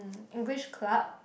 English club